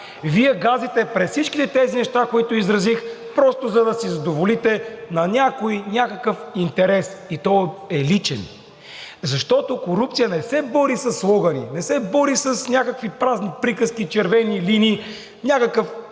Вие газите през всички тези неща, които изредих, просто за да задоволите някакъв интерес на някого и той е личен. Защото корупция не се бори със слогъни, не се бори с някакви празни приказки – червени линии, с някакъв